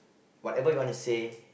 whatever you want to say